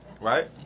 right